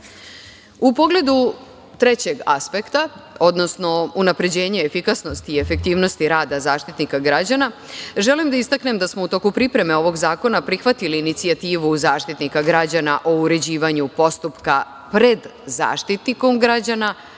pogledu trećeg aspekta, odnosno unapređenje efikasnosti i efektivnosti rada Zaštitnika građana, želim da istaknem da smo u toku pripreme ovog zakona prihvatili inicijativu Zaštitnika građana o uređivanju postupka pred Zaštitnikom građana